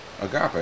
Agape